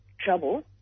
trouble